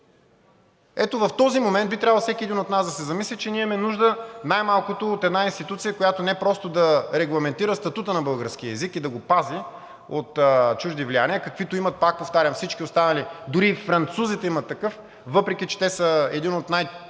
Ето в този момент би трябвало всеки един от нас да се замисли, че ние имаме нужда най-малкото от една институция, която не просто да регламентира статута на българския език и да го пази от чужди влияния, каквито имат, пак повтарям, всички останали, дори и французите имат такъв, въпреки че те са един от най-говорените